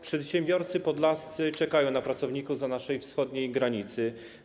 Przedsiębiorcy podlascy czekają na pracowników zza naszej wschodniej granicy.